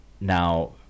now